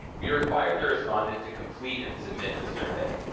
we required the respondent to complete and submit the survey.